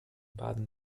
baden